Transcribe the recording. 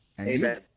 Amen